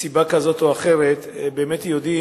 מסיבה כזאת או אחרת, יודע.